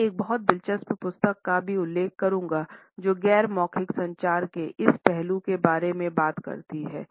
मैं एक बहुत दिलचस्प पुस्तक का भी उल्लेख करूंगा जो गैर मौखिक संचार के इस पहलू के बारे में बात करती है